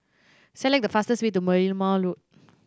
select the fastest way to Merlimau Road